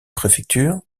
préfecture